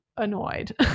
annoyed